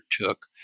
took